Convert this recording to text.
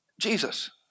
Jesus